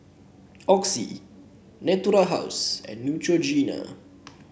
Oxy Natura House and Neutrogena